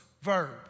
verb